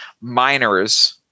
miners